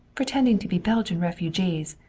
pretending to be belgian refugees.